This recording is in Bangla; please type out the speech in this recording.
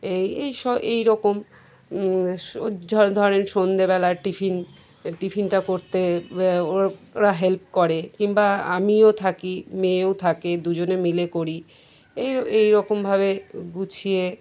এই এই সব এই রকম ধরেন সন্ধেবেলা টিফিন টিফিনটা করতে ও ওরা হেল্প করে কিংবা আমিও থাকি মেয়েও থাকে দুজনে মিলে করি এই এই রকমভাবে গুছিয়ে